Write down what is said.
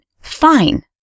fine